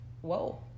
whoa